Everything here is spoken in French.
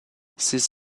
ses